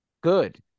good